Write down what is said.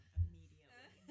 immediately